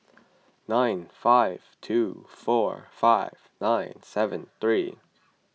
nine five two four five nine seven three